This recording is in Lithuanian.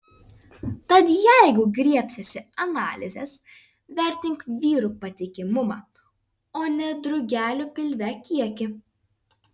tad jeigu griebsiesi analizės vertink vyrų patikimumą o ne drugelių pilve kiekį